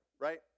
right